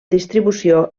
distribució